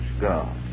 God